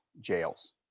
jails